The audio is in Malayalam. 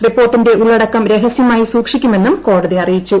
റിപ്പോർട്ടിന്റെ ഉള്ളടക്കം രഹസ്യമായി സൂക്ഷിക്കുമെന്നും കോടതി അറിയിച്ചു